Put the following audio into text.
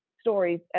stories